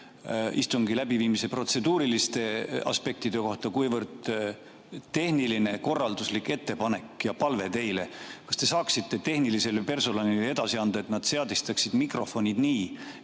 istungi läbiviimise protseduuriliste aspektide kohta, kuivõrd tehniline korralduslik ettepanek ja palve teile. Kas te saaksite tehnilisele personalile edasi anda, et nad seadistaksid mikrofonid nii,